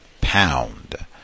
pound